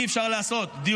מה זה לדון?